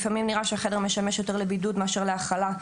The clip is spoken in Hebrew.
לפעמים נראה שהחדר משמש יותר לבידוד מאשר להכלה.